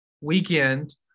weekend